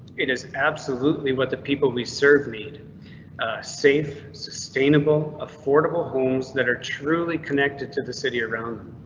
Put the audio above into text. it is absolutely what the people we serve need safe, sustainable, affordable homes that are truly connected to the city around